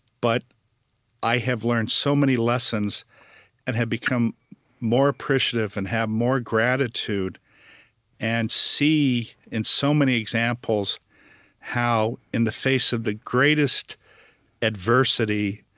but i have learned so many lessons and have become more appreciative and have more gratitude and see in so many examples how in the face of the greatest adversity,